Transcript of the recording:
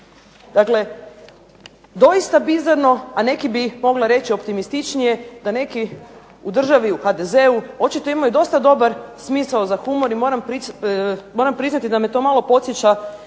Dakle doista bizarno, a neki bi mogla reći optimističnije, da neki u državi u HDZ-u očito imaju dosta dobar smisao za humor i moram priznati da me to malo podsjeća